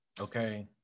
Okay